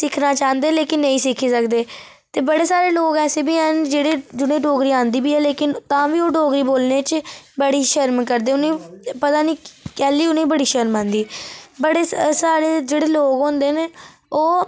सिक्खना चांह्दे लेकन नेईं सिक्खी सकदे ते बड़े सारे लोक ऐसे बी हैन जेह्ड़े जु'नें गी डोगरी औंदी बी है लेकन तां बी ओह् डोगरी बोलने च बड़ी शर्म करदे उ'नें गी पता निं कैली उ'नें गी बड़ी शर्म औंदी बड़े स सारे जेह्ड़े लोक होंदे न ओह्